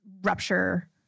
Rupture